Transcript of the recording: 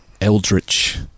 Eldritch